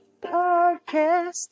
podcast